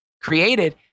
created